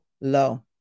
low